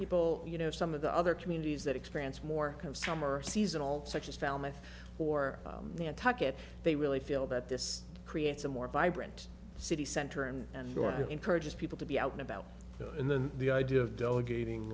people you know some of the other communities that experience more of summer seasonal such as falmouth or nantucket they really feel that this creates a more vibrant city center and your encourages people to be out and about and then the idea of delegating